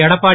Edappadi